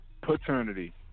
Paternity